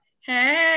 Hey